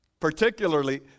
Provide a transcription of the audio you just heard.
particularly